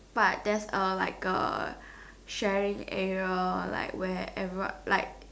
but there's a like a sharing area like where everyone like